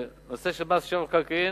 בנושא של מס שבח מקרקעין,